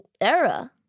era